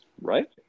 Right